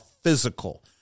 physical